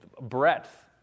breadth